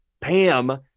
Pam